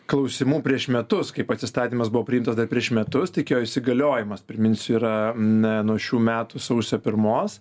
klausimų prieš metus kai pats įstatymas buvo priimtas dar prieš metus tik jo įsigaliojimas priminsiu yra na nuo šių metų sausio pirmos